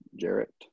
Jarrett